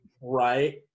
right